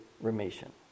remission